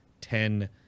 ten